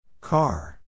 Car